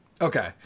Okay